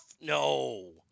no